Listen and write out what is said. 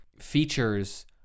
features